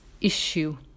issue